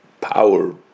power